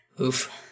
Oof